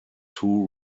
two